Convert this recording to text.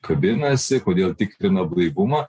kabinasi kodėl tikrina blaivumą